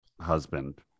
husband